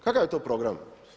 Kakav je to program?